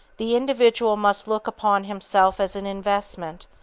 the individual must look upon himself as an investment,